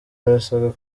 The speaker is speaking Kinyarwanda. barasabwa